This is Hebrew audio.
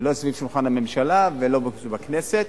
לא סביב שולחן הממשלה ולא בכנסת,